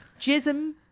Jism